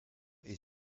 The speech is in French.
est